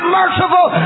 merciful